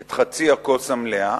את חצי הכוס המלאה.